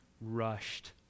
rushed